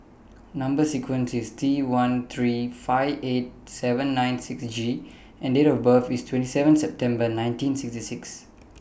Number sequence IS T one three five eight seven nine six G and Date of birth IS twenty seven September nineteen sixty six